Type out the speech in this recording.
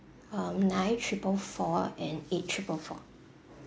um nine triple four and eight triple four